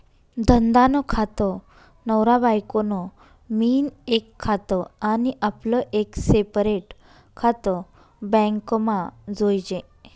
धंदा नं खातं, नवरा बायको नं मियीन एक खातं आनी आपलं एक सेपरेट खातं बॅकमा जोयजे